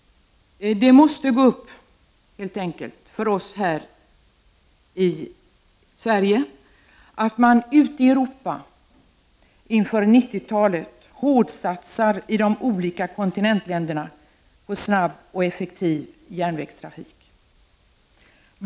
Det måste helt enkelt gå upp för oss här i Sverige att man ute i Europa inför 1990-talet hårdsatsar i de olika kontinentländerna på snabb och effektiv järnvägstrafik.